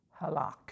halak